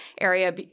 area